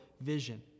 vision